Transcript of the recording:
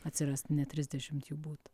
atsiras ne trisdešimt jų būtų